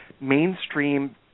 mainstream